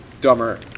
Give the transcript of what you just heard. Dumber